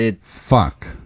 Fuck